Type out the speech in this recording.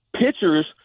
pitchers